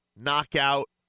knockout